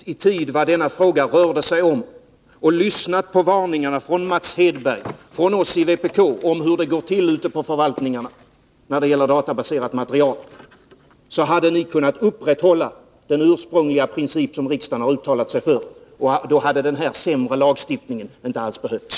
Herr talman! Hade ni, Olle Svensson, i tid förstått vad denna fråga rörde sig om och lyssnat på varningarna från Mats Hedberg och från oss i vpk om hur det går till ute på förvaltningarna när det gäller databaserat material, hade ni kunnat upprätthålla den ursprungliga princip som riksdagen har uttalat sig för, och då hade den här sämre lagstiftningen inte alls behövts.